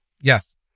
Yes